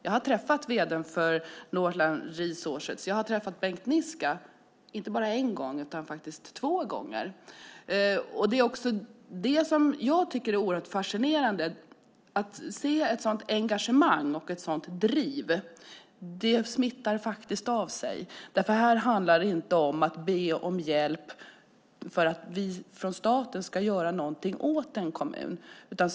Jag har träffat vd:n för Northland Resources, och jag har träffat Bengt Niska inte bara en gång utan två. Det är fascinerande att se ett sådant engagemang och ett sådant driv. Det smittar faktiskt av sig. Här handlar det inte om att be om hjälp för att vi från staten ska göra något åt en kommun.